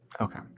Okay